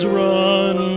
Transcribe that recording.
run